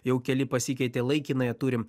jau keli pasikeitė laikinąją turim